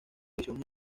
visión